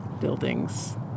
buildings